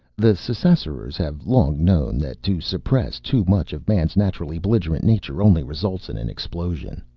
the ssassarors have long known that to suppress too much of man's naturally belligerent nature only results in an explosion.